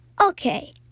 Okay